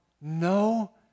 no